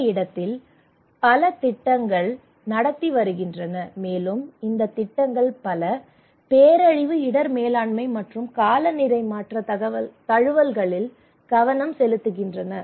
இந்த இடத்தில் பல திட்டங்கள் நடந்து வருகின்றன மேலும் இந்த திட்டங்கள் பல பேரழிவு இடர் மேலாண்மை மற்றும் காலநிலை மாற்ற தழுவல்களில் கவனம் செலுத்துகின்றன